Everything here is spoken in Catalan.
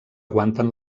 aguanten